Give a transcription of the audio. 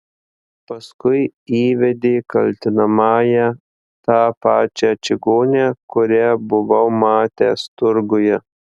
paskui įvedė kaltinamąją tą pačią čigonę kurią buvau matęs turguje